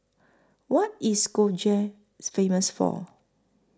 What IS Skopje Famous For